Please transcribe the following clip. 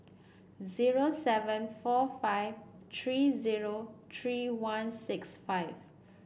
zero seven four five three zero three one six five